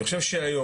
אני חושב שהיום,